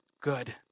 good